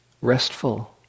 Restful